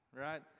right